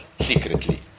secretly